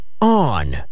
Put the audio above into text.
on